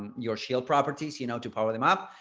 um your shield properties, you know to power them up.